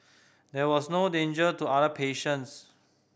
there was no danger to other patients